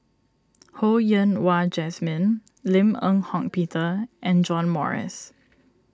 Ho Yen Wah Jesmine Lim Eng Hock Peter and John Morrice